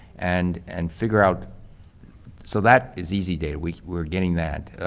and and figure out so that is easy data. we're we're getting that.